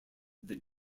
that